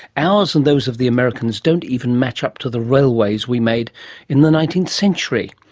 ours and those of the americans don't even match up to the railways we made in the nineteenth century.